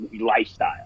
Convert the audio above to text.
lifestyle